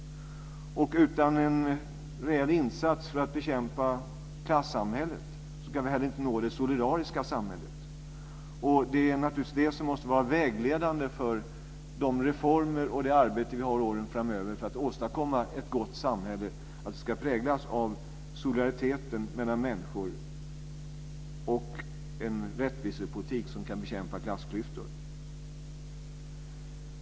Och utan en rejäl insats för att bekämpa klassamhället kan vi heller inte nå det solidariska samhället. Det är naturligtvis det som måste vara vägledande för de reformer och det arbete som vi har framför oss de kommande åren för att åstadkomma ett gott samhälle som ska präglas av solidaritet mellan människor och av en rättvisepolitik som kan bekämpa klassklyftor.